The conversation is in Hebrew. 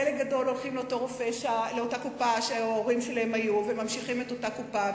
חלק גדול הולכים לאותה קופה שההורים שלהם היו בה וממשיכים באותה קופה.